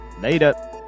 Later